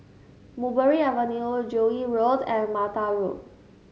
Mulberry Avenue Joo Yee Road and Mattar Road